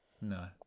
No